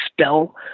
spell